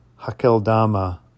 Hakeldama